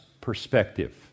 perspective